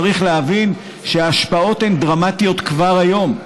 צריך להבין שההשפעות הן דרמטיות כבר היום,